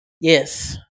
yes